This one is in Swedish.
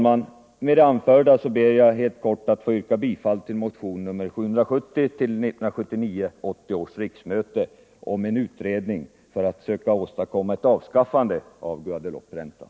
Med det anförda ber jag helt kort att få yrka bifall till motion nr 770 till 1979/80 års riksmöte om en utredning för att försöka åstadkomma ett avskaffande av Guadelouperäntan.